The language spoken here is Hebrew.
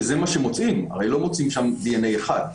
שזה מה שמוצאים הרי לא מוצאים שם דנ"א אחד,